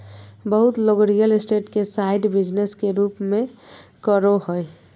बहुत लोग real estate के साइड बिजनेस के रूप में करो हइ